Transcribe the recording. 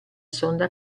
sonda